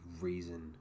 reason